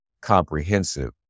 comprehensive